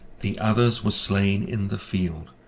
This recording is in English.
the others were slayne in the field,